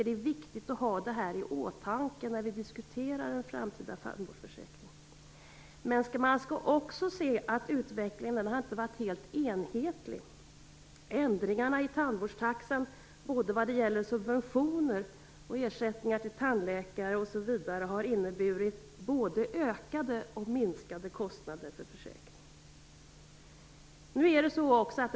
Det är viktigt att ha detta i åtanke när vi diskuterar en framtida tandvårdsförsäkring. Man skall också se att utvecklingen inte har varit helt enhetlig. Ändringarna i tandvårdstaxan vad gäller subventioner, ersättningar till tandläkare osv. har inneburit såväl ökade som minskade kostnader för försäkringen.